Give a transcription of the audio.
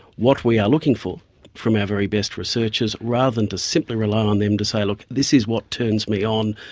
what we are looking for from our very best researchers rather than just simply rely on them to say, look, this is what turns me on,